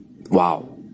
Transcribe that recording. Wow